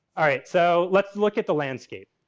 all right, so, let's look at the landscape.